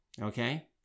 okay